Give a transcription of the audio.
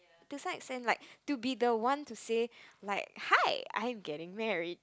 the like to be the one say like hi I'm getting married